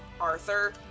Arthur